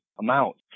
amount